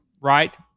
right